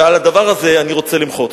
ועל הדבר הזה אני רוצה למחות.